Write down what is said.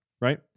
right